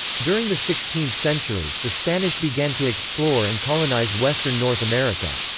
during the sixteenth century, the spanish began to explore and colonize western north america.